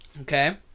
Okay